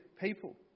people